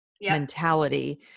mentality